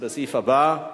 לסעיף הבא: